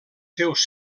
seus